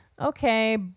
okay